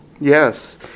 Yes